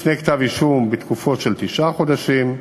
לפני כתב-אישום בתקופות של תשעה חודשים,